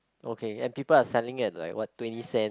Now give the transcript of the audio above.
okay and people are selling at like what twenty cent